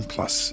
Plus